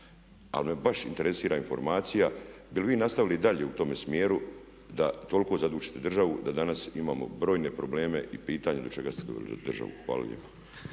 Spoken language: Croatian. ali me baš interesira informacija bi li vi nastavili dalje u tome smjeru da toliko zadužite državu da danas imamo brojne probleme i pitanja do čega ste doveli državu. Hvala lijepa.